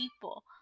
people